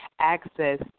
access